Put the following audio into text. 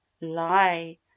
lie